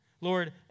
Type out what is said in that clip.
Lord